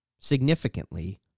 significantly